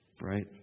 right